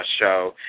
show